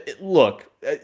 look